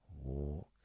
Walk